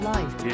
Life